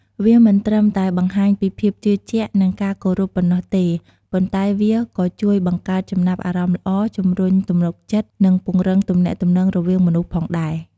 វាមិនត្រឹមតែបង្ហាញពីភាពជឿជាក់ និងការគោរពប៉ុណ្ណោះទេ ប៉ុន្តែវាក៏ជួយបង្កើតចំណាប់អារម្មណ៍ល្អ ជំរុញទំនុកចិត្ត និងពង្រឹងទំនាក់ទំនងរវាងមនុស្សផងដែរ។